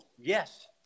Yes